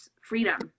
freedom